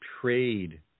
trade